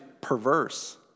perverse